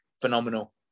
Phenomenal